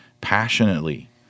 passionately